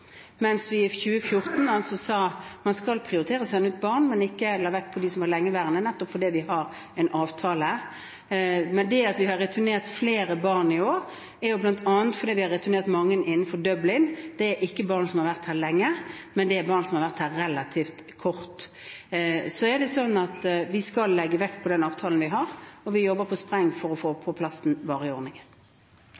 mens vi i 2014 sa at man skal prioritere å sende ut barn, men ikke legge vekt på dem som var lengeværende, nettopp fordi vi har en avtale. Det at vi har returnert flere barn i år, er bl.a. fordi vi har returnert mange innenfor Dublin-konvensjonen. Det er ikke barn som har vært her lenge, det er barn som har vært her relativt kort. Vi skal legge vekt på den avtalen vi har, og vi jobber på spreng for å få